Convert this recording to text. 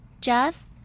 Jeff